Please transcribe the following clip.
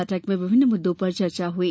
बैठक में विभिन्न मुद्दों पर चर्चा हुई